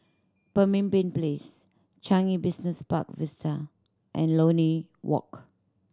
Pemimpin Place Changi Business Park Vista and Lornie Walk